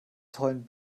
tollen